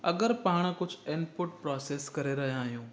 अगरि पाण कुझु इनपुट प्रोसेस करे रहिया आहियूं